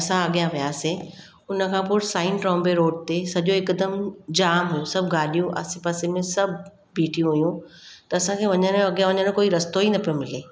असां अॻियां वियासीं उन खां पोइ साइन ट्रॉम्बे रोड ते सॼो हिकदमि जाम हुओ सभु गाॾियूं आसे पासे में सभु बीठी हुयूं त असांखे वञणु अॻियां वञण जो कोई रस्तो ई न पियो मिले